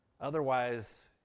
Otherwise